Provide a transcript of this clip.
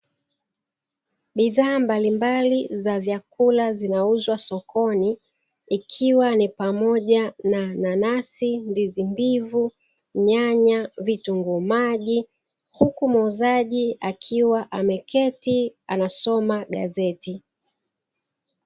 Bidhaa mbalimbali za vyakula zinauzwa sokoni ikiwa ni pamoja na nanasi, ndizi mbivu, nyanya, vitunguu maji, huku muuzaji akiwa ameketi anasoma gazeti.